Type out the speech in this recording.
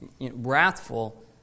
wrathful